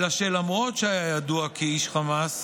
אלא שלמרות שהיה ידוע כאיש חמאס,